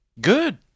Good